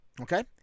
Okay